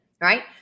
right